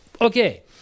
okay